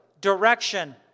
direction